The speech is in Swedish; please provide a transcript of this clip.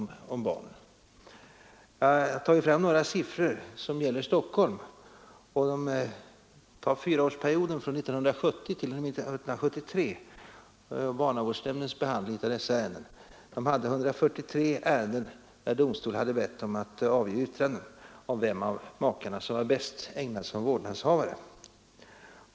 Jag har tagit fram några siffror som gäller Stockholm under fyraårsperioden 1970-1973 och barnavårdsnämndens behandling av sådana ärenden, I 143 ärenden hade domstol anmodat nämnden avge yttrande om vem av makarna som var bäst ägnad som vårdnadshavare.